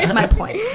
and my point.